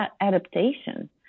adaptation